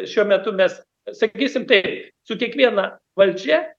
šiuo metu mes sakysim taip su kiekviena valdžia